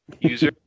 user